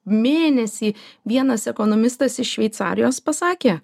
mėnesį vienas ekonomistas iš šveicarijos pasakė